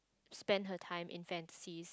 spend her time in fantasies